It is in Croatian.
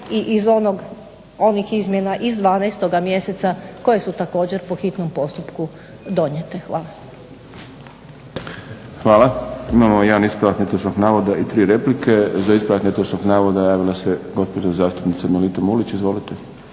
i iz onih izmjena iz 12 mjeseca koje su također po hitnom postupku donijete. Hvala. **Šprem, Boris (SDP)** Hvala. Imamo jedan ispravak netočnog navoda i tri replike. Za ispravak netočnog navoda javila se gospođa zastupnica Melita Mulić. Izvolite.